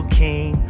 king